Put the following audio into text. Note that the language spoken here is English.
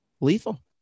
Lethal